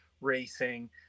racing